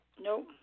Nope